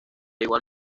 igual